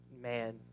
man